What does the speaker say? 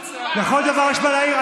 על כל דבר יש לך מה להעיר?